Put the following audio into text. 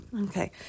Okay